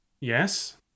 Yes